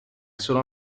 sono